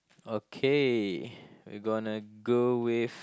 okay we gonna go with